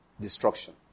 destruction